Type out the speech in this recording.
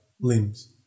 limbs